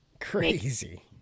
crazy